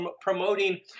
promoting